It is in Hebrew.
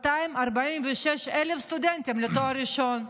246,000 סטודנטים לתואר ראשון,